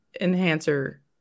enhancer